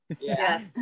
Yes